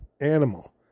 animal